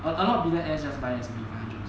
a a lot of people as just buy S&P five hundred